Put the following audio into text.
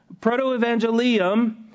proto-evangelium